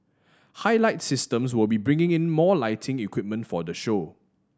Highlight Systems will be bringing in more lighting equipment for the show